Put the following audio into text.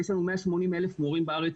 יש לנו 180,000 מורים בארץ,